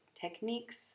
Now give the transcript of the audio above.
techniques